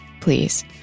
please